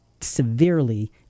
severely